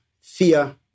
fear